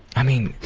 i mean,